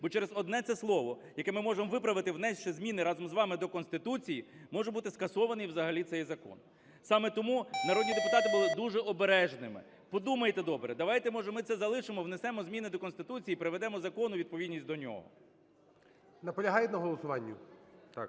бо через одне це слово, яке ми можемо виправити, внісши зміни разом з вами до Конституції, може бути скасований взагалі цей закон. Саме тому народні депутати були дуже обережними. Подумайте добре. Давайте, може, ми це залишимо, внесемо зміни до Конституції і приведемо закон у відповідність до нього. ГОЛОВУЮЧИЙ. Наполягають на голосуванні?